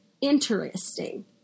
interesting